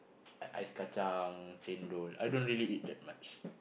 uh ice-kacang chendol I don't really eat that much